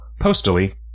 Postally